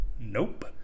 nope